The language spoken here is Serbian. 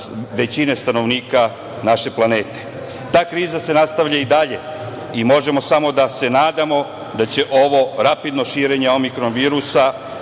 većine stanovnika naše planete. Ta kriza se nastavlja i dalje i možemo samo da se nadamo da će ovo rapidno širenje Omikron virusa